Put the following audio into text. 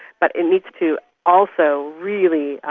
but it needs to also really,